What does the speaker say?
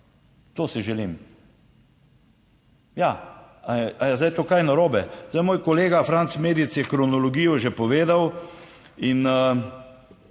To si želim. Ja. Ali je zdaj to kaj narobe? Zdaj, moj kolega Franc Medic je kronologijo že povedal in